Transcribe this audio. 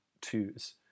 twos